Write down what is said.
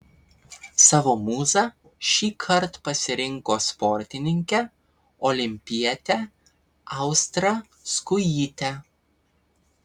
savo mūza šįkart pasirinko sportininkę olimpietę austrą skujytę